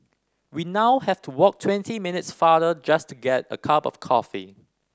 we now have to walk twenty minutes farther just to get a cup of coffee